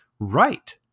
right